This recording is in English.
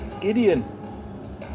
Gideon